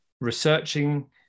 researching